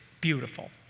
beautiful